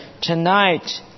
tonight